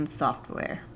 software